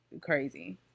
crazy